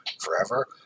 forever